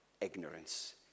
ignorance